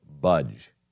budge